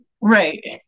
Right